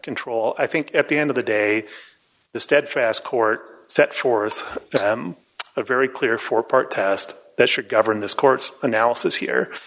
control i think at the end of the day the steadfast court set forth a very clear four part test that should govern this court's analysis here but